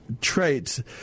traits